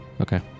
Okay